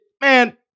Man